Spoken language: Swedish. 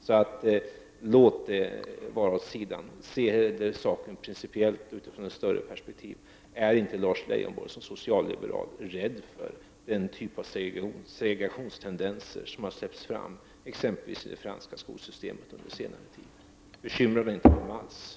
Se saken principiellt i ett större perspektiv! Är inte Lars Leijonborg som socialliberal rädd för den typ av segregationstendenser som under senare tid släppts fram, exempelvis i det franska skolsystemet? Bekymrar detta inte Lars Leijonborg?